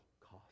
cost